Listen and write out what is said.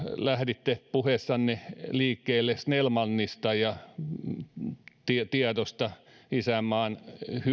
lähditte puheessanne liikkeelle snellmanista ja tiedosta isänmaan